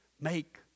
make